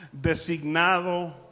designado